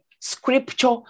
scripture